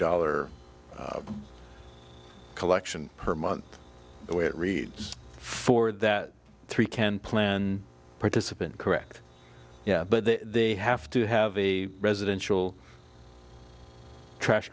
dollar collection per month the way it reads forward that three can plan participant correct yeah but they have to have a residential trash